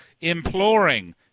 imploring